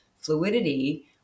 fluidity